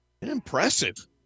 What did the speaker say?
impressive